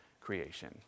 creation